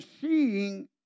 seeing